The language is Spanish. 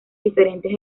diferentes